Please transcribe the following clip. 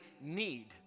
need